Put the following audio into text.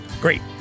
Great